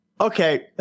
Okay